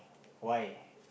why